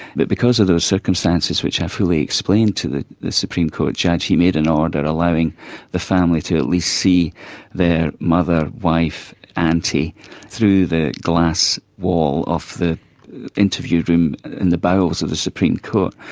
but because of those circumstances which i fully explained to the the supreme court judge, he made an order allowing the family to at least see their mother, wife, auntie through the glass wall of the interview room in the bowels of the supreme court.